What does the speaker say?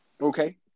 Okay